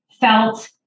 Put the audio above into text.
felt